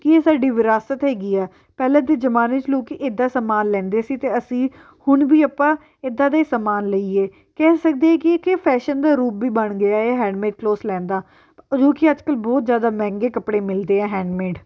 ਕਿ ਇਹ ਸਾਡੀ ਵਿਰਾਸਤ ਹੈਗੀ ਆ ਪਹਿਲਾਂ ਦੇ ਜ਼ਮਾਨੇ 'ਚ ਲੋਕ ਇੱਦਾਂ ਸਮਾਨ ਲੈਂਦੇ ਸੀ ਅਤੇ ਅਸੀਂ ਹੁਣ ਵੀ ਆਪਾਂ ਇੱਦਾਂ ਦੇ ਹੀ ਸਮਾਨ ਲਈਏ ਕਹਿ ਸਕਦੇ ਹਾਂ ਕੀ ਕਿ ਇਹ ਫੈਸ਼ਨ ਦਾ ਰੂਪ ਵੀ ਬਣ ਗਿਆ ਹੈ ਇਹ ਹੈਂਡਮੇਡ ਕਲੋਥਸ ਲੈਣ ਦਾ ਲੋਕ ਅੱਜ ਕੱਲ੍ਹ ਬਹੁਤ ਜ਼ਿਆਦਾ ਮਹਿੰਗੇ ਕੱਪੜੇ ਮਿਲਦੇ ਆ ਹੈਂਡਮੇਡ